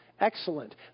excellent